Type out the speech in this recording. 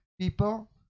People